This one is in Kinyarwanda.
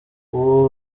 ubu